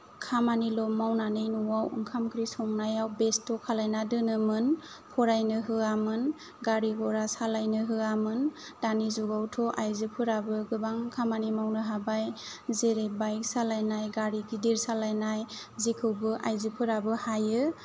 खामानिल' मावनानै न'आव ओंखाम ओंख्रि संनायाव बेस्ट' खालायना दोनोमोन फरायनो होआमोन गारि गरा सालायनो होवामोन दानि जुगावथ' आयजोफोराबो गोबां खामानि मावनो हाबाय जेरै बाइक सालायनाय गारि गिदिर सालायनाय जेखौबो आयजोफोरबो हायो